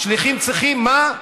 שליחים צריכים מה?